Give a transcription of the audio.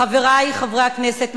חברי חברי הכנסת,